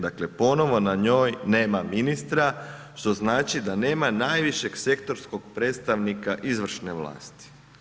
Dakle ponovno na njoj nema ministra što znači da nema najvišeg sektorskog predstavnika izvršne vlasti.